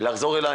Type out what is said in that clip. לחזור אלי